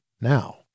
now